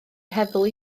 heddlu